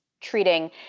treating